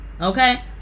Okay